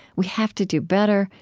we have to do better,